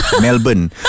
Melbourne